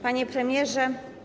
Panie Premierze!